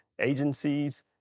agencies